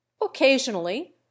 occasionally